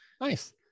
Nice